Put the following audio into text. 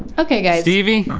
okay guys. stevie.